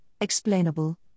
explainable